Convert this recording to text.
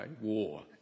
War